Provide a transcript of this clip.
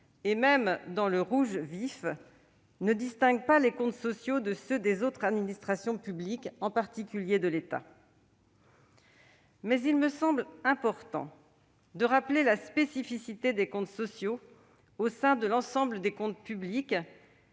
et même dans le rouge vif, ne distingue pas les comptes sociaux de ceux des autres administrations publiques, en particulier de ceux de l'État. Mais il me semble important de rappeler la spécificité des comptes sociaux au sein de l'ensemble des comptes publics,